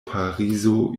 parizo